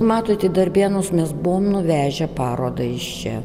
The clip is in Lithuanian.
matot į darbėnus mes buvom nuvežę parodą iš čia